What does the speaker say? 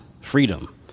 freedom